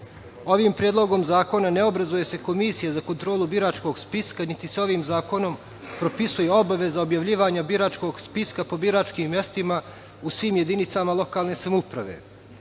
Ovim Predlogom zakona ne obrazuje se komisija za kontrolu biračkog spiska, niti se ovim zakonom propisuje obaveza objavljivanja biračkog spiska po biračkim mestima u svim jedinicama lokalne samouprave.